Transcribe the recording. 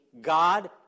God